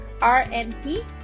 RNT